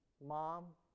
mom